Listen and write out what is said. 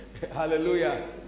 Hallelujah